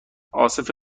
عاصف